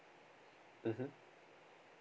mmhmm